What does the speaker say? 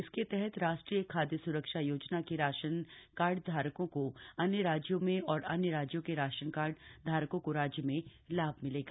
इसके तहत राष्ट्रीय खाद्य सुरक्षा योजना के राशनकार्ड धारकों को अन्य राज्यों में और अन्य राज्यों के राशनकार्ड धारकों को राज्य में लाभ मिलेगा